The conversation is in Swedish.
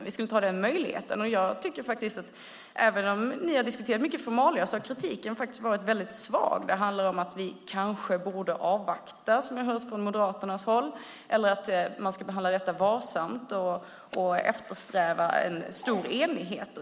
Vi skulle inte ha den möjligheten. Även om ni har diskuterat mycket formalia tycker jag att kritiken har varit väldigt svag. Den handlar om att vi kanske borde avvakta, vilket jag har hört från Moderaternas håll, eller att man ska behandla detta varsamt och eftersträva en stor enighet.